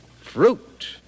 fruit